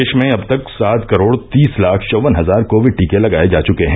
देश में अब तक सात करोड़ तीस लाख चौवन हजार कोविड टीके लगाये जा चुके हैं